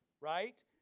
right